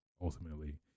ultimately